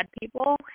people